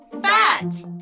Fat